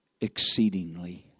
exceedingly